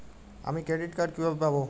আমি credit card কিভাবে পাবো?